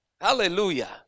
Hallelujah